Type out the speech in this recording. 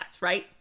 right